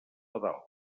pedals